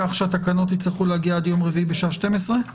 כך שהתקנות יצטרכו להגיע עד יום רביעי בשעה 12:00?